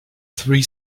three